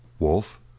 Wolf